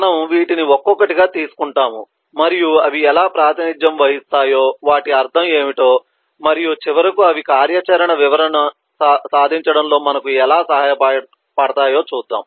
మనము వీటిని ఒక్కొక్కటిగా తీసుకుంటాము మరియు అవి ఎలా ప్రాతినిధ్యం వహిస్తాయో వాటి అర్థం ఏమిటి మరియు చివరకు అవి కార్యాచరణ వివరణను సాధించడంలో మనకు ఎలా సహాయపడతాయో చూద్దాం